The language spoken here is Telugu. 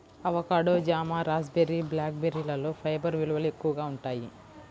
అవకాడో, జామ, రాస్బెర్రీ, బ్లాక్ బెర్రీలలో ఫైబర్ విలువలు ఎక్కువగా ఉంటాయి